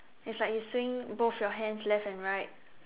it's like you swing both your hands left and right